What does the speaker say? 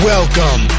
Welcome